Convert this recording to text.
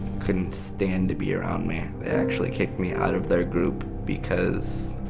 couldn't stand to be around me. they actually kicked me out of their group because,